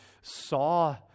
saw